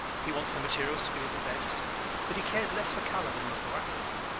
he wants the materials to be of the best but he cares less for color than the thoracic.